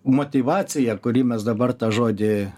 motyvacija kurį mes dabar tą žodį